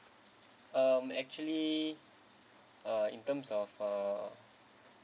um actually uh in terms of a